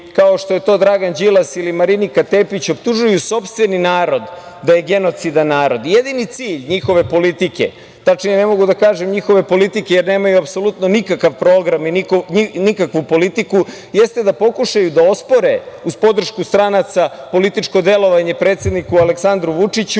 kao što je to Dragan Đilas ili Marinika Tepić, optužuju sopstveni narod da je genocidan narod. Jedini cilj njihove politike, tačnije, ne mogu da kažem "njihove politike" jer nemaju apsolutno nikakav program i nikakvu politiku, jeste da pokušaju da ospore, uz podršku stranaca, političko delovanje predsedniku Aleksandru Vučiću